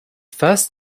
first